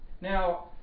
Now